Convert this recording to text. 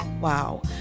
Wow